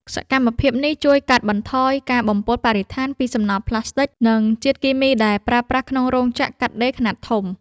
សកម្មភាពនេះជួយកាត់បន្ថយការបំពុលបរិស្ថានពីសំណល់ប្លាស្ទិក និងជាតិគីមីដែលប្រើប្រាស់ក្នុងរោងចក្រកាត់ដេរខ្នាតធំ។